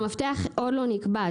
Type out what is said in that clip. המפתח עוד לא היה נקבע,